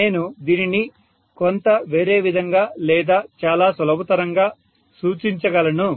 నేను దీనిని కొంత వేరే విధంగా లేదా చాలా సులభతరంగా సూచించగలను